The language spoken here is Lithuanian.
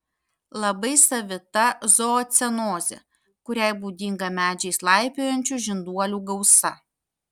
labai savita zoocenozė kuriai būdinga medžiais laipiojančių žinduolių gausa